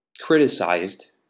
criticized